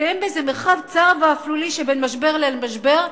מתקיים באיזה מרחב צר ואפלולי שבין משבר למשבר,